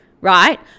right